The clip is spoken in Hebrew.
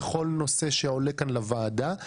בכל נושא שעולה כאן לוועדה,